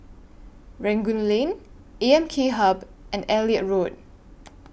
Rangoon Lane A M K Hub and Elliot Road